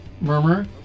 Murmur